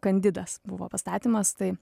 kandidas buvo pastatymas tai